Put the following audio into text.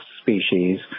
species